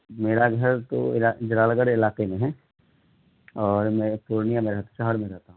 میرا گھر تو جلال گڑھ علاقے میں ہے اور میں پورنیہ میں شہر میں رہتا ہوں